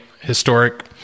historic